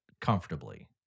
comfortably